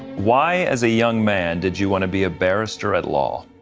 why, as a young man did you want to be a barrister-at law?